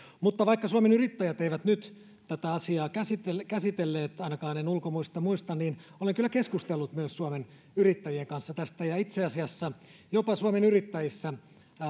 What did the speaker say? vaikka suomen yrittäjät ei nyt tätä asiaa käsitellyt ainakaan en ulkoa muista niin olen kyllä keskustellut myös suomen yrittäjien kanssa tästä itse asiassa jopa suomen yrittäjissä